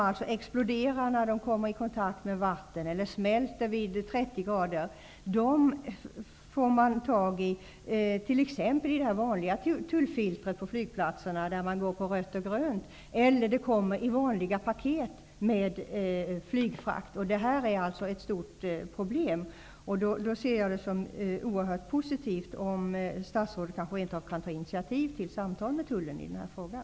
De exploderar alltså när de kommer i kontakt med vatten eller smälter vid 30°C. Dessa ämnen får man tag i t.ex. i det vanliga tullfiltret på flygplatserna, där man går mot rött eller grönt, eller de kommer i vanliga paket som flygfrakt. Det här är ett stort problem. Jag ser det som oerhört positivt om statsrådet kanske rent av kan ta initiativ till samtal med tullen i den här frågan.